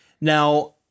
Now